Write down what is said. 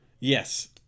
Yes